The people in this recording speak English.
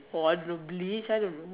probably I don't know